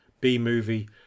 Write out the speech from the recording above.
B-movie